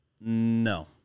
No